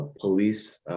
police